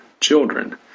children